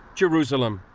jerusalem.